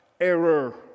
error